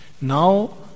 Now